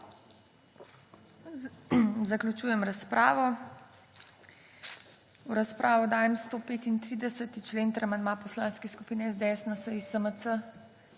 Zaključujem razpravo. V razpravo dajem 143. člen ter amandma poslanskih skupin SDS, NSi, SMC.